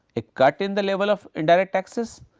a cut in the level of indirect taxes,